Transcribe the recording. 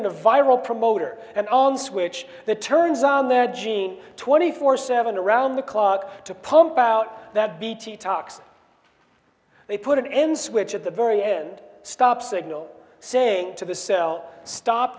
in a viral promoter and on switch that turns on their gene twenty four seven around the clock to pump out that bt toxin they put an end switch at the very end stop signal saying to the cell stop